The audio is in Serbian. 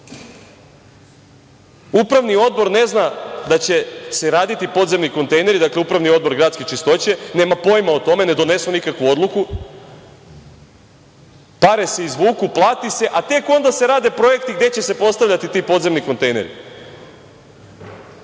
Upravni odbor ne zna da će se raditi podzemni kontejneri. Dakle, Upravni odbor „Gradske čistoće“ nema pojma o tome, ne donesu nikakvu odluku. Pare se izvuku, plati se, a tek onda se radi projekti gde će se postavljati ti podzemni kontejneri. To